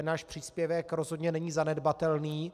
Náš příspěvek rozhodně není zanedbatelný.